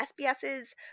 SBS's